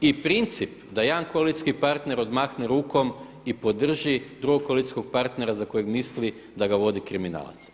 I princip da jedan koalicijski partner odmahne rukom i podrži drugog koalicijskog partnera za kojeg misli da ga vodi kriminalac.